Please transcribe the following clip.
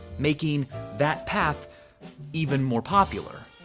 making that path even more popular.